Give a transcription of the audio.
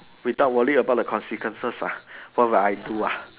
without worry about the consequences ah what will I do ah